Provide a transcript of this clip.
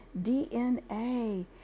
DNA